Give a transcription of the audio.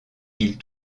ils